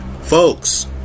Folks